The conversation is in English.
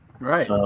Right